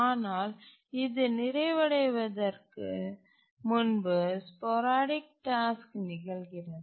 ஆனால் அது நிறைவடைவதற்கு முன்பு ஸ்போரடிக் டாஸ்க் நிகழ்கிறது